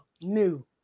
new